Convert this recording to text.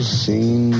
seen